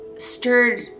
stirred